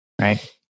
right